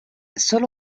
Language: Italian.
solo